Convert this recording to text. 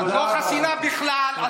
את לא חסינה בכלל.